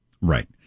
Right